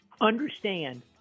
Understand